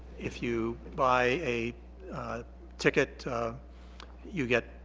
if you buy a ticket you get